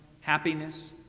happiness